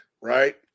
right